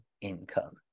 income